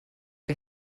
que